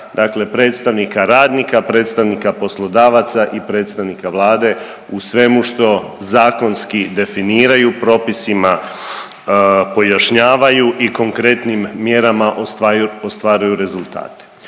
dakle predstavnika radnika, predstavnika poslodavaca i predstavnika Vlade u svemu što zakonski definiraju, propisima pojašnjavaju i konkretnim mjerama ostvaruju rezultate.